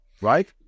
Right